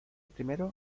primero